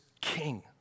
king